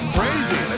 Crazy